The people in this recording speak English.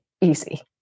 easy